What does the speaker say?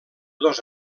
dos